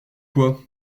quoi